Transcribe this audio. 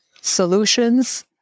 solutions